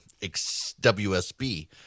WSB